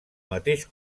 mateix